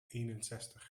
eenenzestig